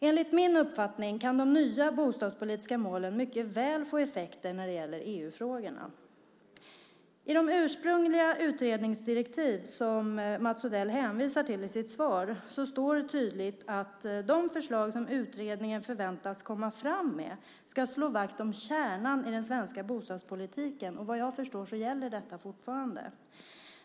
Enligt min uppfattning kan de nya bostadspolitiska målen mycket väl få effekter när det gäller EU-frågorna. I de ursprungliga utredningsdirektiv som Mats Odell hänvisar till i sitt svar står det tydligt att de förslag som utredningen förväntas komma fram till ska slå vakt om kärnan i den svenska bostadspolitiken. Vad jag förstår gäller detta fortfarande.